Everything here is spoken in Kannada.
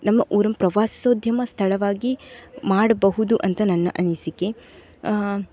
ನಮ್ಮ ಊರನ್ನು ಪ್ರವಾಸೋದ್ಯಮ ಸ್ಥಳವಾಗಿ ಮಾಡಬಹುದು ಅಂತ ನನ್ನ ಅನಿಸಿಕೆ